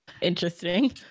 Interesting